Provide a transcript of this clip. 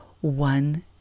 one